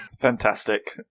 Fantastic